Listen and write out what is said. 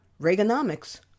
Reaganomics